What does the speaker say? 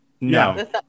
No